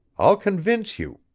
i'll convince you.